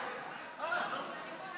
לא, לא.